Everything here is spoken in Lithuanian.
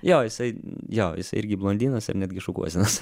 jo jisai jo jisai irgi blondinas ir netgi šukuosenos